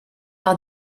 par